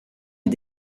est